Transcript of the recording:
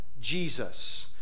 Jesus